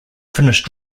finished